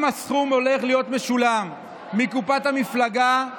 אם הסכום הולך להיות משולם מקופת המפלגה,